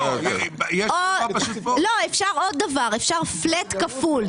אפשר לעשות פלט כפול.